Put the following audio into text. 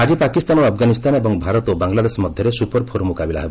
ଆଜି ପାକିସ୍ତାନ ଓ ଆଫ୍ଗାନିସ୍ତାନ ଏବଂ ଭାରତ ଓ ବାଙ୍ଗଲାଦେଶ ମଧ୍ୟରେ ସୁପର ଫୋର୍ ମୁକାବିଲା ହେବ